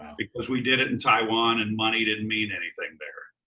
because we did it in taiwan and money didn't mean anything there.